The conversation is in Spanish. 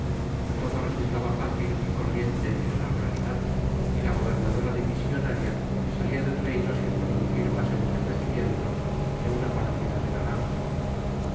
todo resultaba fácil y corriente en la realidad y la gobernadora dimisionaria salía del reino sin producir más entorpecimiento que una partida de naranjas